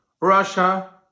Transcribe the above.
Russia